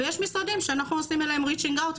ויש משרדים שאנחנו עושים עליהם ריצ'ינג אאוט,